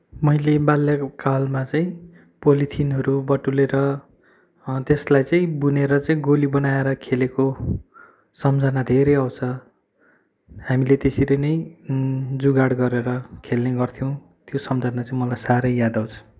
मैले बाल्यकालमा चाहिँ पोलेथिनहरू बटुलेर त्यसलाई चाहिँ बुनेर चाहिँ गोली बनाएर खेलेको सम्झना धेरै आउँछ हामीले त्यसरी नै जुगाड गरेर खेल्ने गर्थ्यौँ त्यो सम्झँदा चाहिँ मलाई साह्रै याद आउँछ